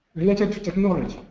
related to technology.